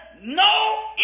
no